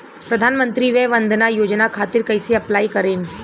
प्रधानमंत्री वय वन्द ना योजना खातिर कइसे अप्लाई करेम?